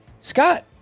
Scott